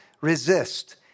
resist